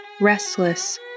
restless